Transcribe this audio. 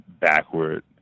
backward